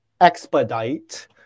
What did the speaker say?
expedite